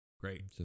Great